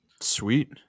Sweet